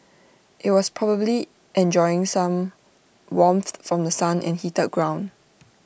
IT was probably enjoying some warmth from The Sun and heated ground